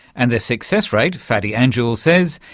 and their success rate, fadi anjoul says,